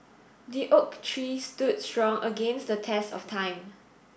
the oak tree stood strong against the test of time